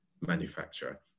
manufacturer